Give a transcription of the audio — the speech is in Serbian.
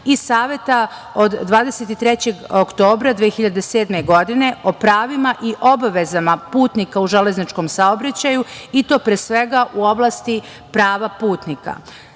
i Saveta od 23. oktobra 2007. godine o pravima i obavezama putnika u železničkom saobraćaju, i to pre svega u oblasti prava putnika,